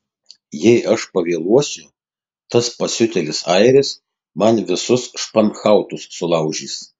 jei aš pavėluosiu tas pasiutėlis airis man visus španhautus sulaužys